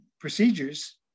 procedures